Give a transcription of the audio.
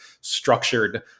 structured